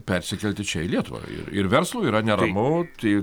persikelti čia į lietuvą ir ir verslui yra neramu tik